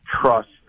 trust